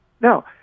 no